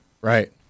Right